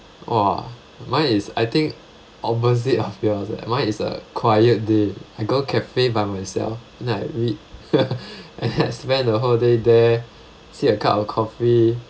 !wah! mine is I think opposite of yours eh mine is a quiet day I go cafe by myself and then I read and then I spend the whole day there sip a cup of coffee